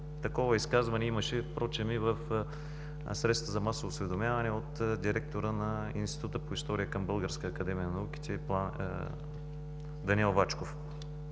Такова изказване имаше впрочем и в средствата за масово осведомяване от директора на Института по история към Българска академия на науките Даниел Вачков,